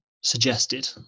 suggested